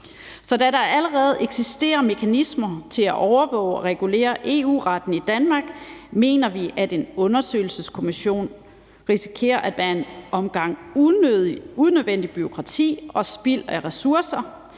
Så da der allerede eksisterer mekanismer til at overvåge og regulere EU-retten i Danmark, mener vi, at en undersøgelseskommission risikerer at være en omgang unødvendigt bureaukrati og spild af ressourcer,